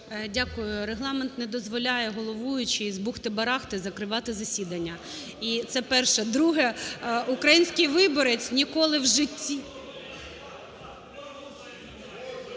Дякую. Регламент не дозволяє головуючій "збухти-барахти" закривати засідання. І це перше. Друге. Український виборець ніколи в житті…